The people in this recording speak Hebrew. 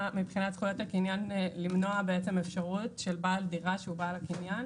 זכות הקניין למנוע אפשרות של בעל דירה שהוא בעל הקניין,